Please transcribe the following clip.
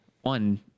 One